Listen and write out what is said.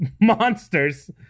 monsters